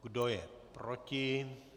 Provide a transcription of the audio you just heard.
Kdo je proti?